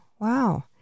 Wow